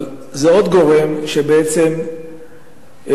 אבל זה עוד גורם שבעצם יהווה,